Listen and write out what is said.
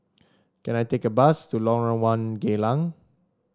can I take a bus to Lorong One Geylang